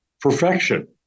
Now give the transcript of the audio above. perfection